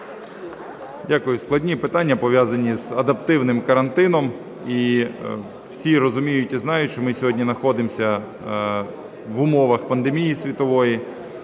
Дякую. Складні питання, пов'язані з адаптивним карантином. І всі розумію і знають, що ми сьогодні знаходимося в умовах пандемії світової.